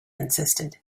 insisted